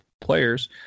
players